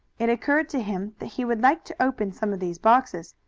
it occurred to him that he would like to open some of these boxes,